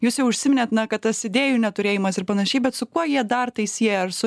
jūs jau užsiminėt na kad tas idėjų neturėjimas ir panašiai bet su kuo jie dar tai siejasi ar su